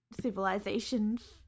civilizations